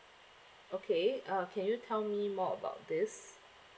okay uh can you tell me more about this